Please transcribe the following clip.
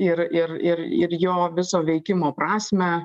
ir ir ir ir jo viso veikimo prasmę